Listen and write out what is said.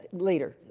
later.